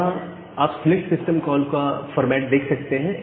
यहां आप select system call का फॉर्मेट देख सकते हैं